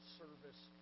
service